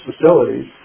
facilities